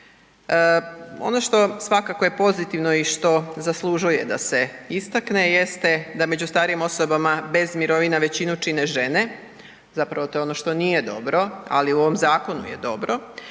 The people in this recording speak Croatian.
ono što svakako je pozitivno i što zaslužuje da se istakne jeste da među starijim osobama bez mirovine većinu čine žene, zapravo to je ono što nije dobro, ali u ovom zakonu je dobro